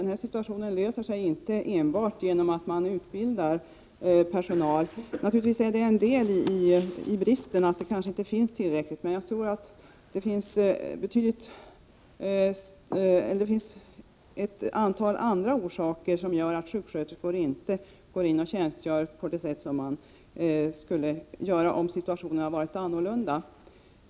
Den här situationen löses inte enbart genom att man utbildar personal. Naturligtvis kan bristen till en del förklaras med att det kanske inte finns tillräckligt många utbildade sköterskor, men det finns ett antal andra orsaker som gör att sjuksköterskor inte går in och tjänstgör på det sätt som de skulle göra om situationen varit annorlunda.